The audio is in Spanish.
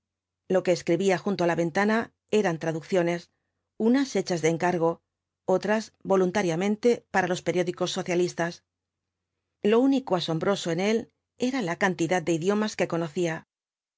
lo que escribía junto á la ventana eran traducciones unas hechas de encargo otras voluntariamente para los periódicos socialistas lo único asombroso en él era la cantidad de idiomas que conocía